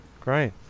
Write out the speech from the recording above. great